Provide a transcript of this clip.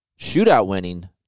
shootout-winning